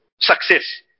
success